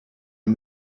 man